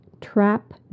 trap